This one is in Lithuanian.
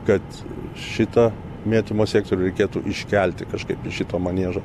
kad šita mėtymo sektorių reikėtų iškelti kažkaip iš šito maniežo